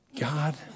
God